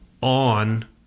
on